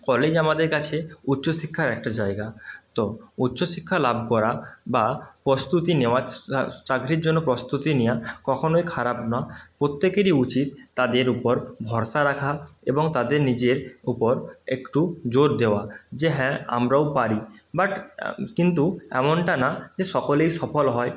college আমাদের কাছে উচ্চশিক্ষার একটা জায়গা তো উচ্চশিক্ষা লাভ করা বা প্রস্তুতি নেওয়া চাকরির জন্য প্রস্তুতি নেওয়া কখনই খারাপ না প্রত্যেকেরই উচিত তাদের উপর ভরসা রাখা এবং তাদের নিজের উপর একটু জোর দেওয়া যে হ্যাঁ আমরাও পারি বাট কিন্তু এমনটা না যে সকলেই সফল হয়